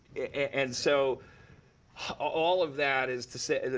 and so all of that is to say that,